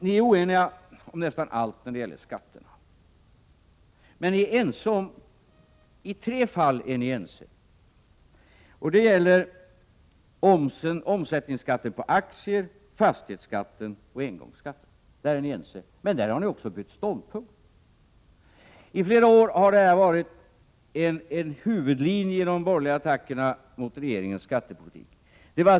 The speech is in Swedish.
Ni är oeniga om nästan allting som rör skatterna, men i tre fall är ni ense, nämligen i fråga om omsättningsskatten på aktier, fastighetsskatten och engångsskatten. Därvidlag är ni som sagt ense, men ni har också bytt ståndpunkt. Under flera år har det funnits en huvudlinje i de borgerliga attackerna mot regeringens skattepolitik.